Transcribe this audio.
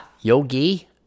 yogi